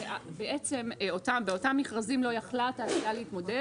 בעצם באותם מכרזים לא יכלה התעשייה להתמודד